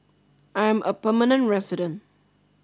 I am a permanent resident